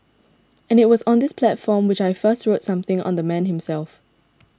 and it was on this platform which I first wrote something on the man himself